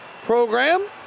Program